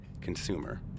consumer